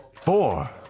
Four